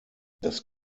das